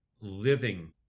living